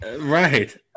Right